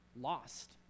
lost